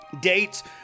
dates